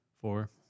four